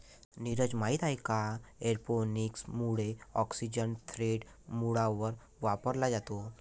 नीरज, माहित आहे का एरोपोनिक्स मुळे ऑक्सिजन थेट मुळांवर वापरला जातो